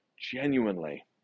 genuinely